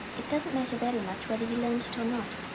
it doesn't matter very much whether he learns to or not.